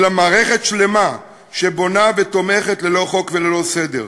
אלא מערכת שלמה שבונה ותומכת ללא חוק וללא סדר.